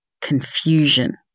confusion